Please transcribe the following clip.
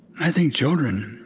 i think children,